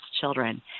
children